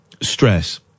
stress